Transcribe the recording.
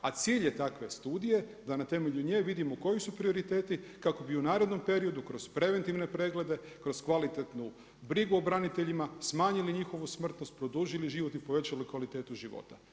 A cilj je takve studije da na temelju nje vidimo koji su prioriteti kako bi u narednom periodu kroz preventivne preglede, kroz kvalitetnu brigu o braniteljima smanjili njihovu smrtnost, produžili život i povećali kvalitetu života.